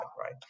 right